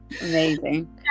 amazing